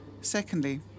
Secondly